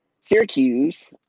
Syracuse